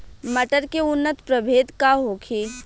मटर के उन्नत प्रभेद का होखे?